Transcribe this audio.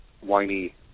whiny